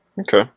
okay